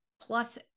plus